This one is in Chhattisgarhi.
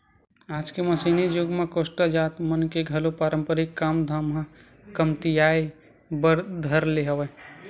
आज के मसीनी जुग म कोस्टा जात मन के घलो पारंपरिक काम धाम ह कमतियाये बर धर ले हवय